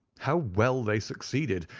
how well they succeeded,